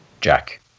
Jack